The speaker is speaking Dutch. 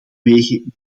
wegen